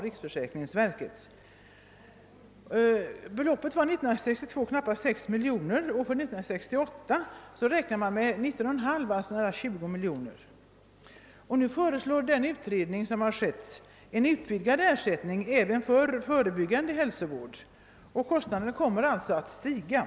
Beloppet var 1962 knappt 6 miljoner, och för 1968 räknar man med 19,5, alltså nära 20 miljoner. Utredningsgruppen föreslår att ersättningen vidgats till att även gälla den förebyggande hälsovården. Kostnaderna kommer alltså att stiga.